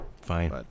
fine